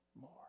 more